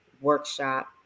workshop